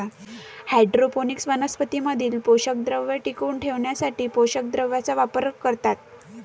hydroponics वनस्पतीं मधील पोषकद्रव्ये टिकवून ठेवण्यासाठी पोषक द्रावणाचा वापर करतात